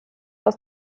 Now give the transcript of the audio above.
aus